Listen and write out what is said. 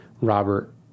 Robert